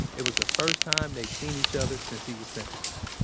it was the first time they'd seen each other since he was sentenced.